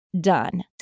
done